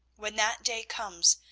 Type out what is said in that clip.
when that day comes,